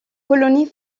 colonies